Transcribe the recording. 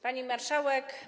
Pani Marszałek!